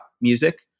music